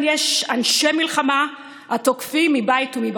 יש אנשי מלחמה התוקפים מבית ומבחוץ.